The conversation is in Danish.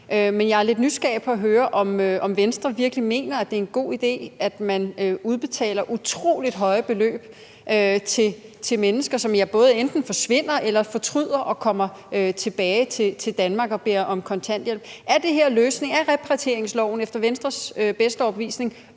Men jeg er lidt nysgerrig efter at høre, om Venstre virkelig mener, at det er en god idé, at man udbetaler utrolig høje beløb til mennesker, som enten forsvinder eller fortryder og kommer tilbage til Danmark og søger om kontanthjælp. Er det her løsningen? Er repatrieringsloven efter Venstres bedste overbevisning